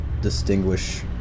distinguish